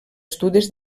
estudis